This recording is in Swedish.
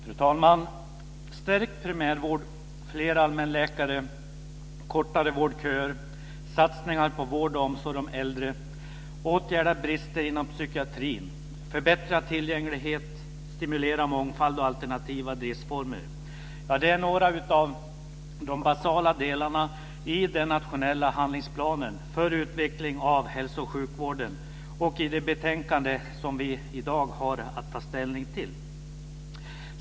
Fru talman! Stärkt primärvård, fler allmänläkare, kortare vårdköer, satsningar på vård och omsorg om äldre, åtgärder mot bristerna inom psykiatrin, förbättrad tillgänglighet samt stimulans av ökad mångfald och alternativa driftsformer - det är några av de basala delarna i den nationella handlingsplanen för utveckling av hälso och sjukvården och i det betänkande som vi i dag har att ta ställning till.